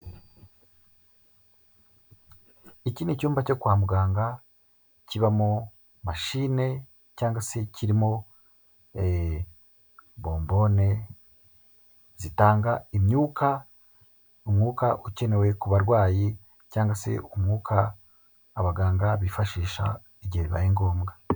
Iki ni icyumba cyo kwa muganga kibamo mashine cyangwa se kirimo bombone zitanga imyuka, umwuka ukenewe ku barwayi cyangwa se umwuka abaganga bifashisha igihe bibaye ngombwa.